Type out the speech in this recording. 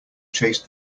chased